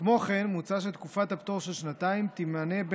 כמו כן מוצע שתקופת הפטור של שנתיים תימנה,